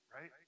right